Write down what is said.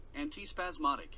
antispasmodic